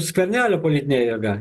skvernelio politinė jėga